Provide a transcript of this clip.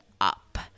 up